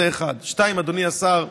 אדוני השר,